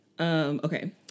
Okay